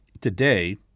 today